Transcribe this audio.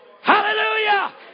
Hallelujah